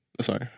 Sorry